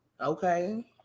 Okay